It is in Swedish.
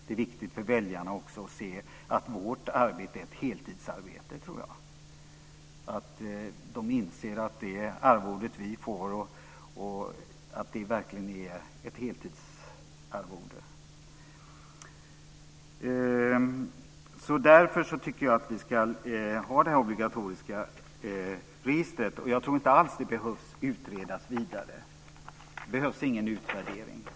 Det är viktigt för väljarna att se att vårt arbete är ett heltidsarbete. Det är viktigt att de inser att det arvode vi får verkligen är ett heltidsarvode. Därför tycker jag att vi ska ha det här obligatoriska registret. Jag tror inte alls att det behöver utredas vidare. Det behövs ingen utvärdering.